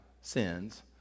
sins